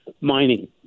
mining